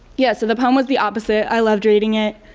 yeah, so the poem was the opposite. i loved reading it